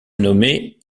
nommait